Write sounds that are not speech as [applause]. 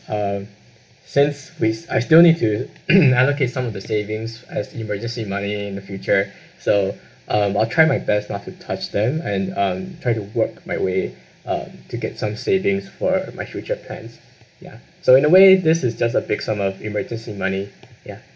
um since which I still need to [coughs] allocate some of the savings as emergency money in the future so um I'll try my best not to touch them and um try to work my way um to get some savings for my future plans ya so in a way this is just a big sum of emergency money ya